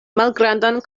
malgrandan